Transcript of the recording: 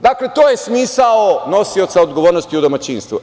Dakle, to je smisao nosioca odgovornosti u domaćinstvu.